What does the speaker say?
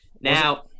Now